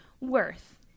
Worth